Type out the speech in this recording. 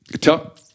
tell